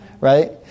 right